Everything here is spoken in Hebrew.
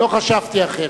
לא חשבתי אחרת,